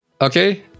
Okay